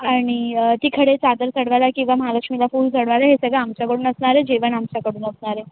आणि तिकडे चादर चढवायला किंवा महालक्ष्मीला फूल चढवायला हे सगळं आमच्याकडून असणार आहे जेवण आमच्याकडून असणार आहे